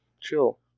Chill